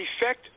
effect